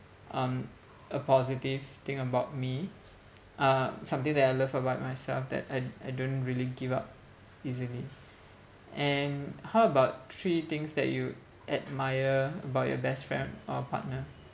um a positive thing about me uh something that I love about myself that I I don't really give up easily and how about three things that you admire about your best friend or partner